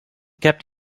kept